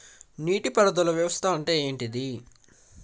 నీటి పారుదల వ్యవస్థ అంటే ఏంటి?